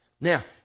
Now